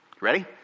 Ready